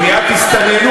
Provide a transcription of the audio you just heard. זה החוק למניעת הסתננות.